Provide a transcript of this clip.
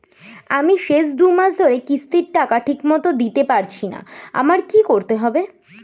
আমি শেষ দুমাস ধরে কিস্তির টাকা ঠিকমতো দিতে পারছিনা আমার কি করতে হবে?